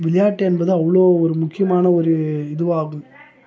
விளையாட்டு என்பது அவ்வளோ ஒரு முக்கியமான ஒரு இதுவாகும்